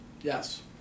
Yes